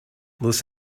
this